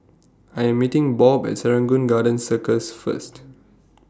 I Am meeting Bob At Serangoon Garden Circus First